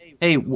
Hey